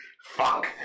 fuck